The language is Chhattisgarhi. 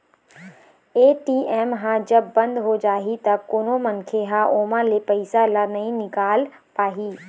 ए.टी.एम ह जब बंद हो जाही त कोनो मनखे ह ओमा ले पइसा ल नइ निकाल पाही